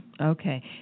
Okay